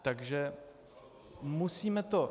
Takže musíme to...